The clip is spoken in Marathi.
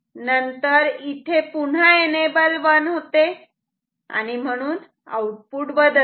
नंतर इथे पुन्हा एनेबल 1 होते आणि म्हणून आउटपुट बदलते